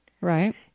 right